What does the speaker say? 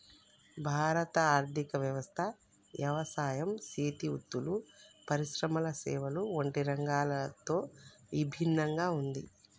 భారత ఆర్థిక వ్యవస్థ యవసాయం సేతి వృత్తులు, పరిశ్రమల సేవల వంటి రంగాలతో ఇభిన్నంగా ఉంది